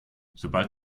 sobald